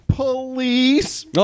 Police